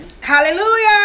Hallelujah